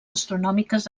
astronòmiques